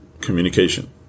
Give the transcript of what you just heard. Communication